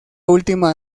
última